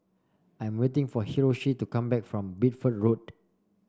I'm waiting for Hiroshi to come back from Bideford Road